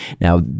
Now